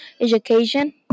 education